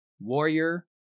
warrior